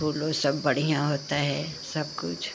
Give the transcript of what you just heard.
फूल सब बढ़ियाँ होता है सब कुछ